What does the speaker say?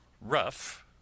rough